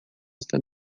está